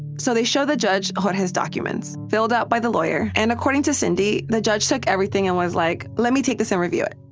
so they show the judge jorge's documents filled out by the lawyer. and according to cindy, the judge took everything and was like, let me take this and review it.